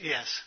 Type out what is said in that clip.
Yes